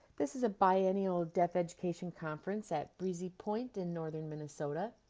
this is a biennial deaf education conference at breezy point in northern minnesota.